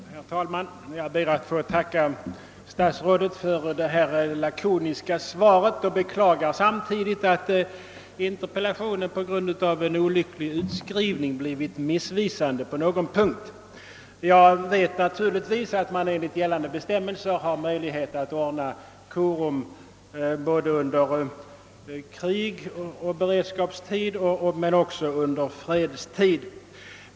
Herr talman! Jag ber att få tacka statsrådet för det lakoniska svaret och beklagar samtidigt att interpellationen på grund av en olycklig formulering blivit missvisande på någon punkt. Jag vet naturligtvis att man enligt gällande bestämmelser har möjlighet att ordna korum både under krig och beredskapstid och även under fredstid.